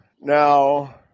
Now